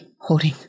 holding